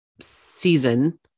season